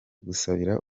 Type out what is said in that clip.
gusabira